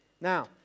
Now